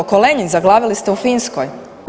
Ko Lenjin zaglavili ste u Finskoj?